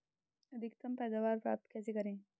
अधिकतम पैदावार प्राप्त कैसे करें?